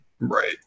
Right